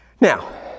Now